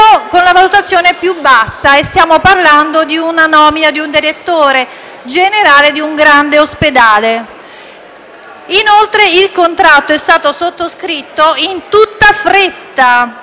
con la valutazione più bassa. Stiamo parlando della nomina del direttore generale di un grande ospedale. Inoltre il contratto è stato sottoscritto in tutta fretta,